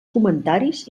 comentaris